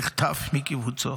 נחטף מקיבוצו.